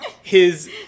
his-